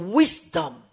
wisdom